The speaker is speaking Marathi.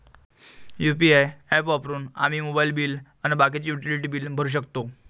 यू.पी.आय ॲप वापरून आम्ही मोबाईल बिल अन बाकीचे युटिलिटी बिल भरू शकतो